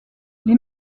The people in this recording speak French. les